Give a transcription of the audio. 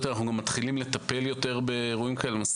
אנחנו מתחילים לטפל יותר באירועים כאלה.